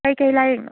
ꯀꯩ ꯀꯩ ꯂꯥꯏꯔꯤꯛꯅꯣ